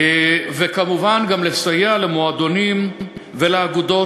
וכמובן גם בסיוע למועדונים ולאגודות